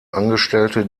angestellte